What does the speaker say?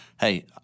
Hey